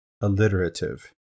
alliterative